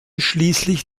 schließlich